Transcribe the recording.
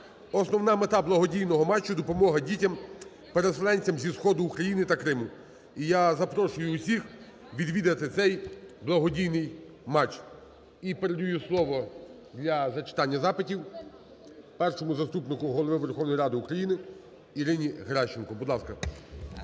Основна мета благодійного матчу – допомога дітям, переселенцям зі сходу України та Криму. І я запрошую усіх відвідати цей благодійний матч. І передаю слово для запитання запитів першому заступнику Голови Верховної Ради України Ірині Геращенко. Будь ласка. Веде